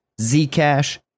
Zcash